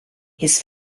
his